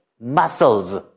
muscles